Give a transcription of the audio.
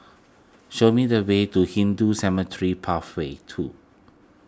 show me the way to Hindu Cemetery Path way two